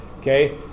okay